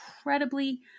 incredibly